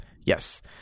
Yes